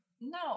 No